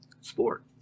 sport